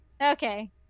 Okay